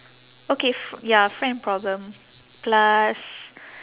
okay f~ ya friend problem plus